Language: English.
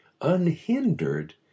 unhindered